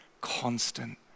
Constant